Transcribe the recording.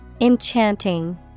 Enchanting